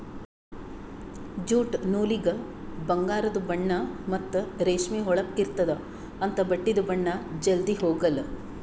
jute ನೂಲಿಗ ಬಂಗಾರದು ಬಣ್ಣಾ ಮತ್ತ್ ರೇಷ್ಮಿ ಹೊಳಪ್ ಇರ್ತ್ತದ ಅಂಥಾ ಬಟ್ಟಿದು ಬಣ್ಣಾ ಜಲ್ಧಿ ಹೊಗಾಲ್